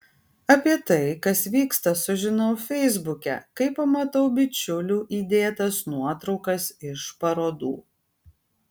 apie tai kas vyksta sužinau feisbuke kai pamatau bičiulių įdėtas nuotraukas iš parodų